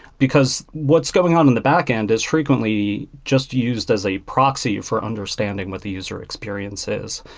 because what's going on in the backend is frequently just used as a proxy for understanding with the user experience is.